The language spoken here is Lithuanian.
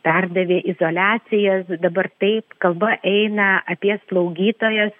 perdavė izoliacijas dabar taip kalba eina apie slaugytojas